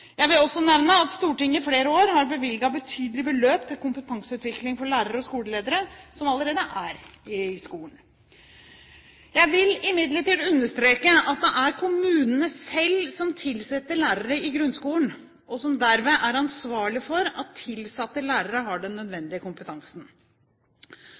Jeg vil også nevne at Stortinget i flere år har bevilget betydelige beløp til kompetanseutvikling for lærere og skoleledere som allerede er i skolen. Jeg vil imidlertid understreke at det er kommunene selv som tilsetter lærere i grunnskolen, og som dermed er ansvarlige for at tilsatte lærere har den